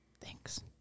Thanks